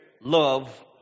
Love